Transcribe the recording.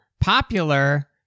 popular